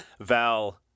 Val